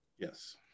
Yes